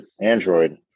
Android